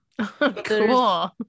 Cool